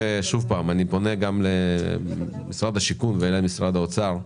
ואני פונה למשרד השיכון ולמשרד האוצר,